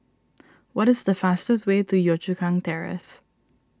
what is the fastest way to Yio Chu Kang Terrace